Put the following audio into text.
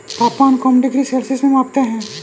तापमान को हम डिग्री सेल्सियस में मापते है